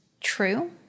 true